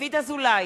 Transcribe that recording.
דוד אזולאי,